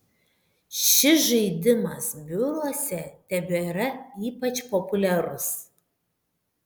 šis žaidimas biuruose tebėra ypač populiarus